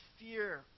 fear